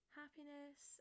happiness